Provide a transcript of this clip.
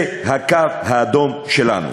זה הקו האדום שלנו,